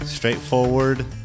Straightforward